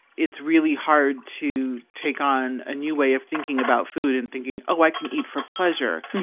it's really hard to take on a new way of thinking about food and thinking, oh, i can eat for pleasure,